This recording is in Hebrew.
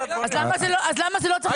אז למה זה לא צריך להיות בחוק?